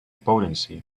potency